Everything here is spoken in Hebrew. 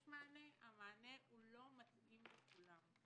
יש מענה, אבל המענה לא מתאים לכולם.